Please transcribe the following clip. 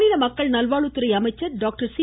மாநில மக்கள் நல்வாழ்வுத்துறை அமைச்சர் டாக்டர் சி